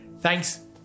Thanks